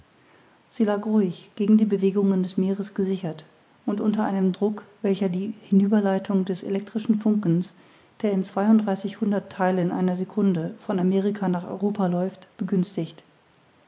sie lag ruhig gegen die bewegungen des meeres gesichert und unter einem druck welcher die hinüberleitung des elektrischen funkens der in zweiunddreißig hunderttheilen einer secunde von amerika nach europa läuft begünstigt